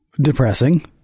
depressing